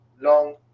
long